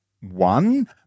one